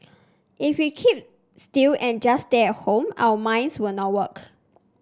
if we keep still and just stay at home our minds will not work